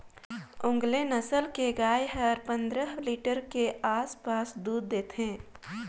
ओन्गेले नसल के गाय हर पंद्रह लीटर के आसपास दूद देथे